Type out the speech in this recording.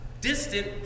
distant